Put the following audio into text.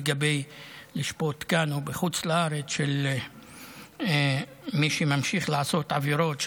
לגבי לשפוט כאן או בחוץ לארץ את מי שממשיך לעשות עבירות,